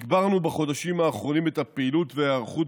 הגברנו בחודשים האחרונים את הפעילות וההיערכות,